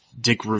Dick